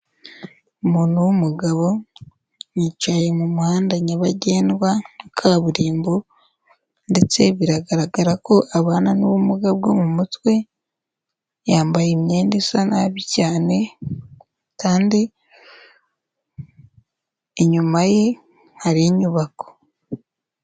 Umuntu wumugabo yicaye mu muhanda nyabagendwa kaburimbo ndetse biragaragara ko abana n'ubumuga bwo mu mutwe, yambaye imyenda isa nabi cyane kandi inyuma ye hari inyubako.